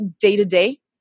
day-to-day